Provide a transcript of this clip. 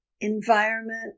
environment